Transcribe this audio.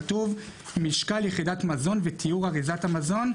כתוב: משקל יחידת מזון ותיאור אריזת המזון,